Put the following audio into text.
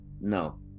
no